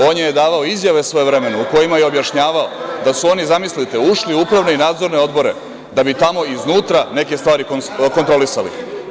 On je davao izjave svojevremeno u kojima je objašnjavao da su oni, zamislite, ušli u upravne i nadzorne odbore da bi tamo iznutra neke stvari kontrolisali.